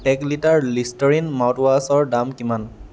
এক litre Listerine মাউথৱাছৰ দাম কিমান